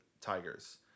Tigers